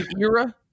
era